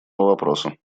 вопроса